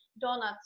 donuts